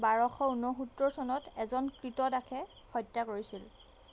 তাত তেওঁক বাৰশ ঊনসত্তৰ চনত এজন ক্ৰীতদাসে হত্যা কৰিছিল